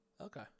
Okay